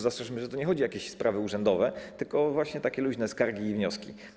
Zastrzeżmy, że tu nie chodzi o jakieś sprawy urzędowe, tylko właśnie takie luźne skargi i wnioski.